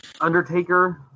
Undertaker